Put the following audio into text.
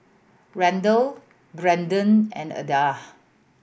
Randle Branden and Ada